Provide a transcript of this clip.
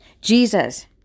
Jesus